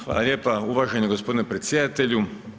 Hvala lijepo uvaženi gospodine predsjedatelju.